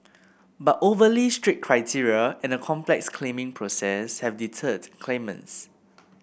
but overly strict criteria and a complex claiming process have deterred claimants